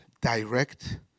direct